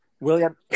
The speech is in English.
William